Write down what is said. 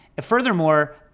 furthermore